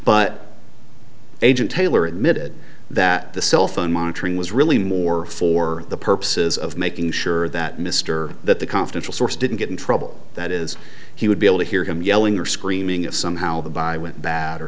but agent taylor admitted that the cell phone monitoring was really more for the purposes of making sure that mr that the confidential source didn't get in trouble that is he would be able to hear him yelling or screaming if somehow by went bad or